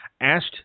asked